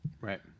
Right